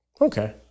Okay